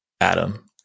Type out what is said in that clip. Adam